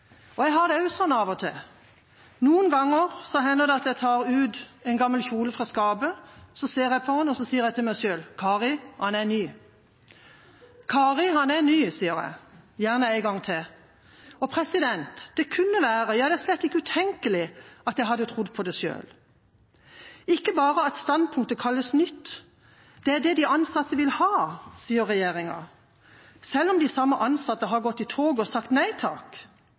vite. Jeg har det også sånn av og til. Noen ganger hender det at jeg tar ut en gammel kjole fra skapet, så ser jeg på den og sier til meg selv: Kari, den er ny. Kari, den er ny, sier jeg gjerne en gang til. Det kunne være – ja, det er slett ikke utenkelig – at jeg hadde trodd på det selv. Det er ikke bare det at standpunktet kalles nytt, det er det de ansatte vil ha, sier regjeringa, selv om de samme ansatte har gått i tog og sagt nei